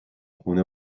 خونه